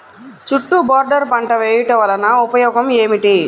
చుట్టూ బోర్డర్ పంట వేయుట వలన ఉపయోగం ఏమిటి?